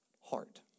heart